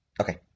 Okay